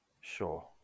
Sure